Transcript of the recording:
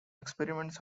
experiments